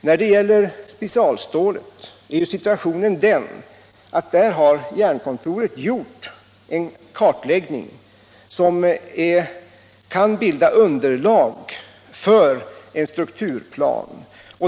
När det gäller specialstålet är situationen den att Jernkontoret gjort en kartläggning som kan bilda underlag för en strukturplan.